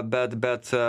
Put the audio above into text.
bet bet